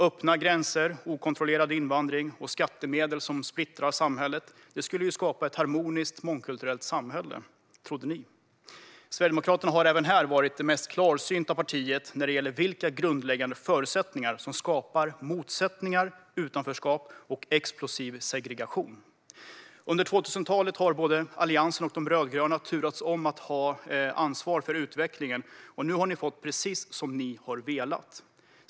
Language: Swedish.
Öppna gränser, okontrollerad invandring och skattemedel som splittrar samhället skulle ju skapa ett harmoniskt, mångkulturellt samhälle - trodde ni. Sverigedemokraterna har även här varit det mest klarsynta partiet när det gäller vilka grundläggande förutsättningar som skapar motsättningar, utanförskap och explosiv segregation. Under 2000-talet har Alliansen och de rödgröna turats om att ha ansvar för utvecklingen, och nu har ni fått precis som ni har velat.